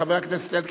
חבר הכנסת אלקין,